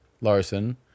Larson